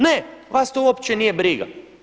Ne, vas to uopće nije briga.